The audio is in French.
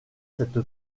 cette